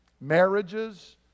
marriages